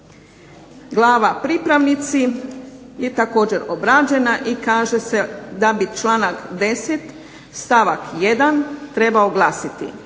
Glava pripravnici je također obrađena i kaže se da bi članak 10. stavak 1. trebao glasiti,